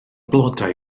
blodau